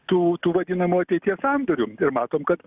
tu tu vadinamų ateities sandorių ir matom kad